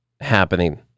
happening